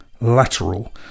Lateral